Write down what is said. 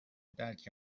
درک